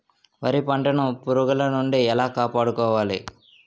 వరి పంటను పురుగుల నుండి ఎలా కాపాడుకోవాలి?